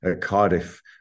Cardiff